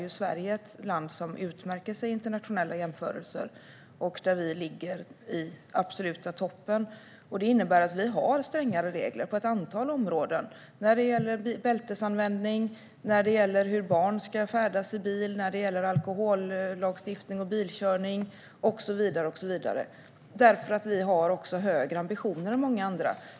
Sverige utmärker sig i internationella jämförelser, och vi ligger i den absoluta toppen tack vare att vi har strängare regler på ett antal områden. Det gäller bältesanvändning, hur barn ska färdas i bil, alkohollagstiftning och bilkörning, hastighetsgränser och så vidare.